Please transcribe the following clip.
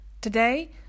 Today